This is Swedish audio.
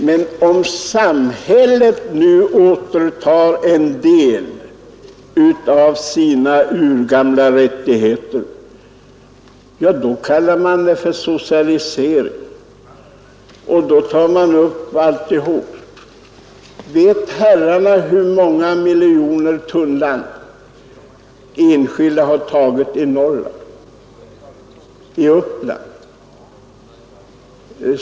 Men om samhället nu återtar en del av sina urgamla rättigheter, kallar man det för socialisering. Vet herrarna hur många miljoner tunnland enskilda har tagit i Norrland och i Uppland?